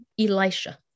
Elisha